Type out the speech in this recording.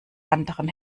anderen